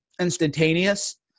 instantaneous